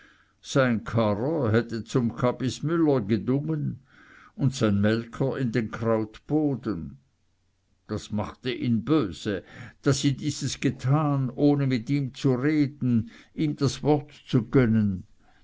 sein karrer hätte zum kabismüller gedungen und sein melker in den krautboden das machte ihn böse daß sie dieses getan ohne mit ihm zu reden ihm das wort zu gönnen